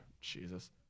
Jesus